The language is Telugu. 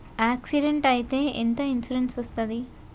యాక్సిడెంట్ అయితే ఎంత ఇన్సూరెన్స్ వస్తది?